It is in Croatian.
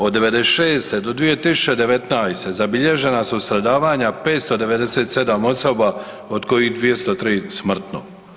Od '96. do 2019. zabilježena su stradavanja 597 osoba od kojih 203 smrtno.